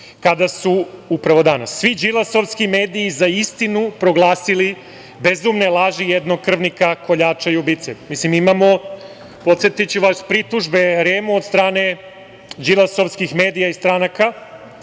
danas, kada su svi Đilasovski mediji za istinu proglasili bezumne laži jednog krvnika, koljača i ubice. Mislim da imamo, podsetiću vas pritužbe REM-u, od strane Đilasovskih medija i stranaka,